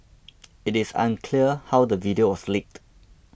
it is unclear how the video was leaked